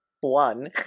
One